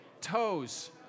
toes